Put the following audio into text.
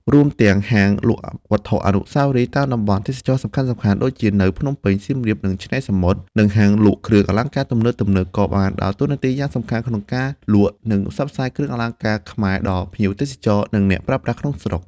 រួមទាំង ហាងលក់វត្ថុអនុស្សាវរីយ៍ តាមតំបន់ទេសចរណ៍សំខាន់ៗ (ដូចជានៅភ្នំពេញ សៀមរាប និងឆ្នេរសមុទ្រ) និងហាងលក់គ្រឿងអលង្ការទំនើបៗ ក៏បានដើរតួនាទីយ៉ាងសំខាន់ក្នុងការលក់ និងផ្សព្វផ្សាយគ្រឿងអលង្ការខ្មែរដល់ភ្ញៀវទេសចរ និងអ្នកប្រើប្រាស់ក្នុងស្រុក។